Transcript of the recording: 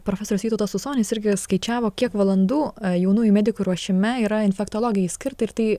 profesorius vytautas usonis irgi skaičiavo kiek valandų jaunųjų medikų ruošime yra infektologijai skirta ir tai